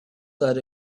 that